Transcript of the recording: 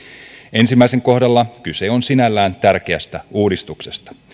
ensimmäisen kohdalla kyse on sinällään tärkeästä uudistuksesta